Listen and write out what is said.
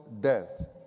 death